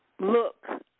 Look